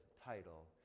title